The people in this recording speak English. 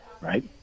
right